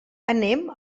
anem